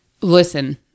Listen